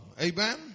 Amen